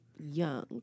young